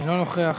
אינו נוכח.